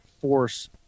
force